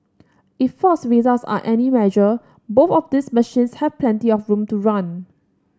if Ford's results are any measure both of these machines have plenty of room to run